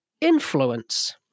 influence